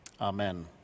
Amen